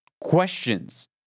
questions